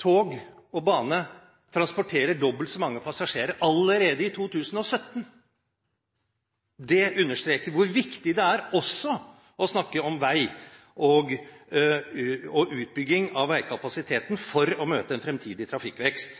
tog og bane transporterer dobbelt så mange passasjerer allerede i 2017. Det understreker hvor viktig det er også å snakke om vei og utbygging av veikapasiteten for å møte en fremtidig trafikkvekst.